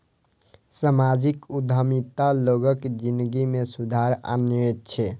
सामाजिक उद्यमिता लोगक जिनगी मे सुधार आनै छै